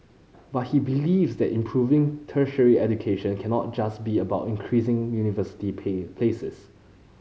but he believes that improving tertiary education cannot just be about increasing university pay places